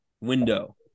window